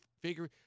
Figure